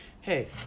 Hey